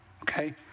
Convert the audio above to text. okay